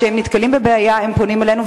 וכשהם נתקלים בבעיה הם פונים אלינו,